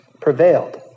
prevailed